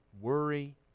worry